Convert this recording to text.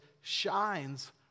shines